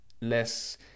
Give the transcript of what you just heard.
less